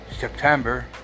September